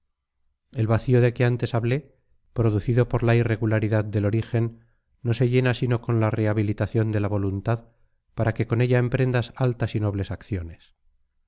el vacío de que antes hablé producido por la irregularidad del origen no se llena sino con la rehabilitación de la voluntad para que con ella emprendas altas y nobles acciones